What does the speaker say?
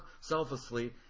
selflessly